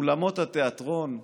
אולמות התיאטרון סגורים,